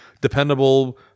dependable